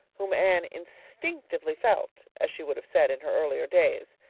whom anne instinctively felt, as she would have said in her earlier days,